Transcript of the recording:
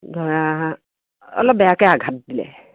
ধৰা অলপ বেয়াকৈ আঘাত দিলে